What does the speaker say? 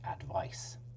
advice